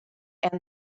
and